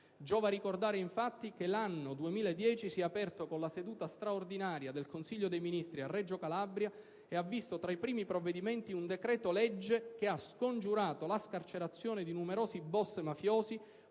Giova ricordare, infatti, che l'anno 2010 si è aperto con la seduta straordinaria del Consiglio dei ministri a Reggio Calabria e ha visto tra i primi provvedimenti un decreto-legge che ha scongiurato la scarcerazione di numerosi *boss* mafiosi